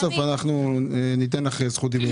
אנחנו אמרנו שזה לא מקובל עלינו וביקשנו